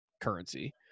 currency